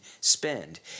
spend